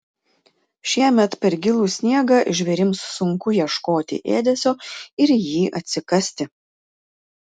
šiemet per gilų sniegą žvėrims sunku ieškoti ėdesio ir jį atsikasti